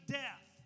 death